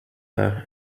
her